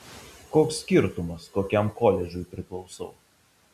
koks skirtumas kokiam koledžui priklausau